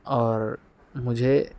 اور مجھے